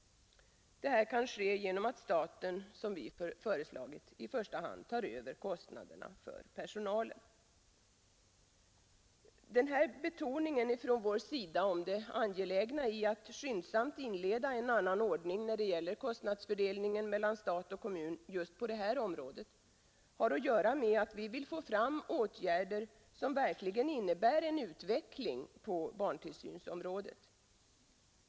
Detta kan ske genom att staten, som vi föreslagit, i första hand tar över kostnaderna för personalen. Den här betoningen från vår sida av det angelägna i att skyndsamt inleda en annan ordning när det gäller kostnadsfördelningen mellan stat och kommun just på det här området har att göra med att vi vill få fram åtgärder som verkligen innebär en utveckling på barntillsynsområdet.